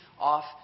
off